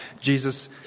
Jesus